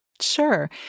Sure